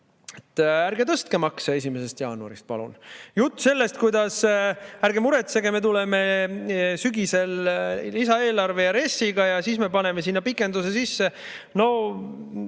Ärge tõstke makse 1. jaanuarist, palun! Jutt sellest, et ärge muretsege, me tuleme sügisel lisaeelarve ja RES-iga ja siis me paneme sinna pikenduse sisse –